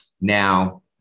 now